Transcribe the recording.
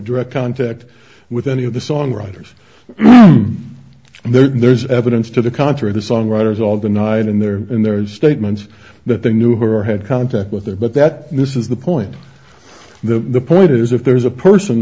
direct contact with any of the songwriters and there's evidence to the contrary the songwriters all denied in their in their statements that they knew her had contact with her but that misses the point the point is if there is a person